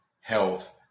health